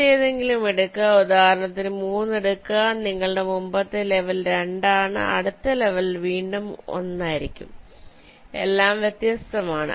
മറ്റെന്തെങ്കിലും എടുക്കുക ഉദാഹരണത്തിന് 3 എടുക്കുക നിങ്ങളുടെ മുമ്പത്തെ ലെവൽ 2 ആണ് അടുത്ത ലെവൽ വീണ്ടും 1 ആയിരിക്കും എല്ലാം വ്യത്യസ്തമാണ്